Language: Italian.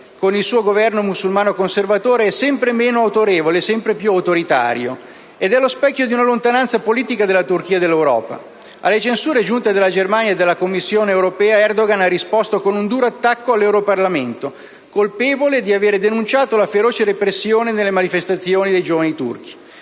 con il suo Governo musulmano-conservatore è sempre meno autorevole e sempre più autoritario ed è lo specchio della lontananza politica della Turchia dall'Europa. Alle censure giunte dalla Germania e dalla Commissione europea, Erdogan ha risposto con un duro attacco all'Europarlamento, "colpevole" di aver denunciato la feroce repressione delle manifestazioni dei giovani turchi.